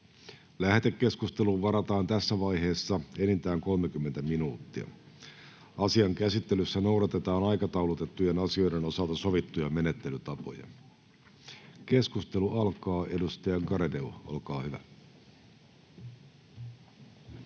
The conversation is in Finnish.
Lähetekeskusteluun varataan tässä vaiheessa enintään 30 minuuttia. Asian käsittelyssä noudatetaan aikataulutettujen asioiden osalta sovittuja menettelytapoja. — Keskustelu alkaa. Edustaja Garedew, olkaa hyvä.